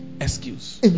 Excuse